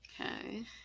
Okay